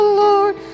lord